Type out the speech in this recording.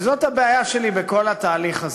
וזאת הבעיה שלי בכל התהליך הזה.